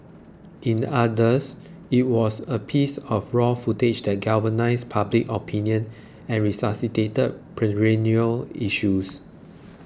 in others it was a piece of raw footage that galvanised public opinion and resuscitated perennial issues